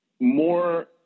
more